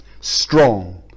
strong